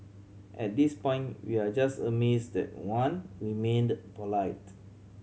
at this point we are just amazed that Wan remained polite